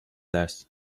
less